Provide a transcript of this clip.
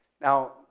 Now